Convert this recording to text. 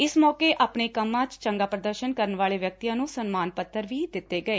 ਇਸ ਮੌਕੇ ਆਪਣੇ ਕੰ 'ਚ ਚੰਗਾ ਪ੍ਰਦਰਸ਼ਨ ਕਰਨ ਵਾਲੇ ਵਿਅਕਤੀਆਂ ਨੂੰ ਸਨਮਾਨ ਪੱਤਰ ਵੀ ਦਿੱਤੇ ਗਏ